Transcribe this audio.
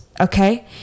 okay